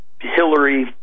Hillary